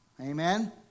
Amen